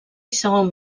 segon